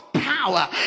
power